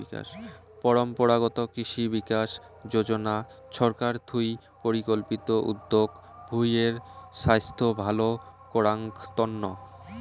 পরম্পরাগত কৃষি বিকাশ যোজনা ছরকার থুই পরিকল্পিত উদ্যগ ভূঁই এর ছাইস্থ ভাল করাঙ তন্ন